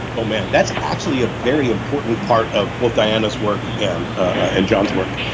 ah man, that's actually a very important part of both diana's work and ah and john's work.